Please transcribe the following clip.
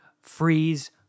Freeze